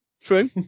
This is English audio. True